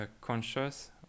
conscious